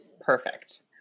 Perfect